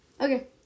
Okay